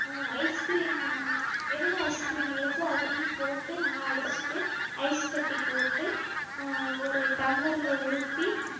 ice cream vanilla ice cream எடுத்து அதையும் போட்டு நல்லா அடிச்சுட்டு ஐஸ்கட்டி போட்டு ஒரு டம்ளரில் ஊற்றி